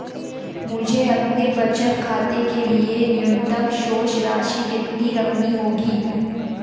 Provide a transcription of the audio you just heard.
मुझे अपने बचत खाते के लिए न्यूनतम शेष राशि कितनी रखनी होगी?